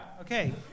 Okay